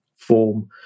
form